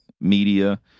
Media